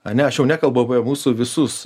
ane aš jau nekalbu apie mūsų visus